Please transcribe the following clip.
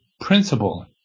principle